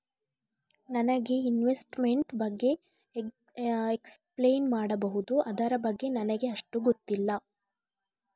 ನನಗೆ ಇನ್ವೆಸ್ಟ್ಮೆಂಟ್ ಬಗ್ಗೆ ಎಕ್ಸ್ಪ್ಲೈನ್ ಮಾಡಬಹುದು, ಅದರ ಬಗ್ಗೆ ನನಗೆ ಅಷ್ಟು ಗೊತ್ತಿಲ್ಲ?